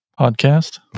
podcast